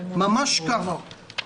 ממש כך.